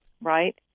right